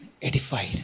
Edified